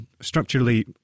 Structurally